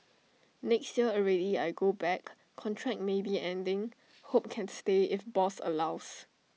next year already I go back contract maybe ending hope can stay if boss allows